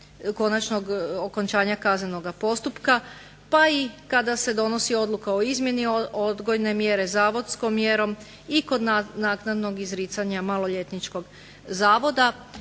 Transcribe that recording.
konačnog okončanja kaznenoga postupka pa i kada se donosi odluka o izmjeni odgojne mjere zavodskom mjerom i kod naknadnog izricanja maloljetničkog zavoda.